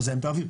מזהם את האויר.